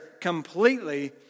completely